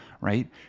right